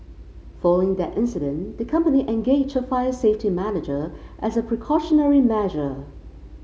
following that incident the company engaged a fire safety manager as a precautionary measure